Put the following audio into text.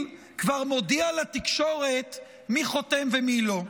כבר מודיע לתקשורת מי חותם ומי לא.